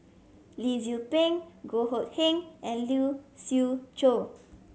Lee Tzu Pheng Goh Hood Keng and Lee Siew Choh